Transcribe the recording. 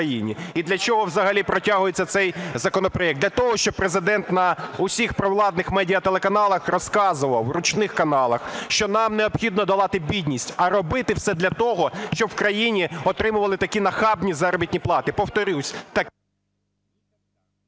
і для чого взагалі протягується цей законопроект. Для того, щоб Президент на усіх провладних медіателеканалах розказував, ручних каналах, що нам необхідно долати бідність, а робити все для того, щоб в країні отримували такі нахабні заробітні плати, повторюся… Веде